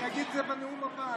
אני אגיד את זה בנאום הבא,